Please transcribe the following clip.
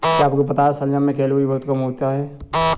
क्या आपको पता है शलजम में कैलोरी बहुत कम होता है?